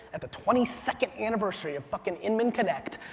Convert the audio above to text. at the twenty second anniversary of fucking inman connect,